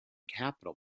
capital